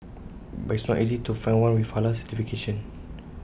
but IT is not easy to find one with Halal certification